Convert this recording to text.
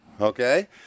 okay